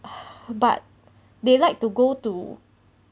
but they like to go to